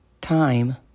time